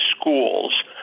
schools